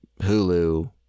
Hulu